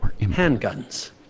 handguns